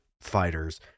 fighters